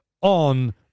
on